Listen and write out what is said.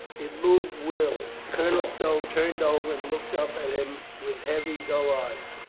it moved wear ily. colonel stow turned over and looked up at him with heavy, dull eyes,